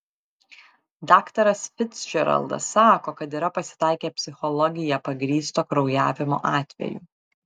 daktaras ficdžeraldas sako kad yra pasitaikę psichologija pagrįsto kraujavimo atvejų